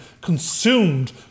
consumed